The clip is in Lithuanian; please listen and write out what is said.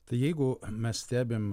tai jeigu mes stebim